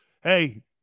Hey